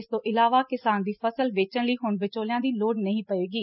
ਇਸ ਤੋਂ ਇਲਾਵਾ ਕਿਸਾਨ ਦੀ ਫਸਲ ਵੇਚਣ ਲਈ ਹੁਣ ਵਿਚੋਲੀਆਂ ਦੀ ਲੋੜ ਨਹੀ ਪਵੇਗੀ